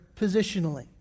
positionally